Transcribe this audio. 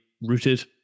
rooted